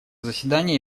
заседание